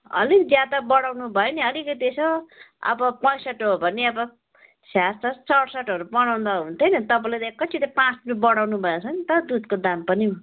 अलिक ज्यादा बढाउनु भयो नि अलिकति यसो अब पैँसठ्ठी हो भने अब छैयासठ्ठी सड्सठ्ठीहरू बनाउँदा हुन्थ्यो नि तपाईँले त एकैचोटि पाँच रुपियाँ बढाउनु भएछ नि त दुधको दाम पनि